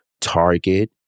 Target